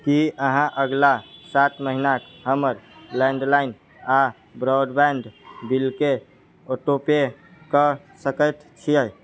की अहाँ अगिला सात महिनाके हमर लैंडलाइन आ ब्रॉडबैंड बिलके ऑटो पे कऽ सकैत छिऐ